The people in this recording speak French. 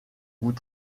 goût